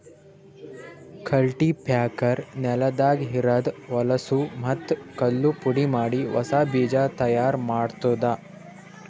cultipacker ನೆಲದಾಗ ಇರದ್ ಹೊಲಸೂ ಮತ್ತ್ ಕಲ್ಲು ಪುಡಿಮಾಡಿ ಹೊಸಾ ಬೀಜ ತೈಯಾರ್ ಮಾಡ್ತುದ